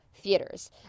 theaters